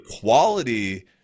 Quality